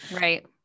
Right